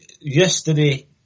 yesterday